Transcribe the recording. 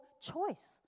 choice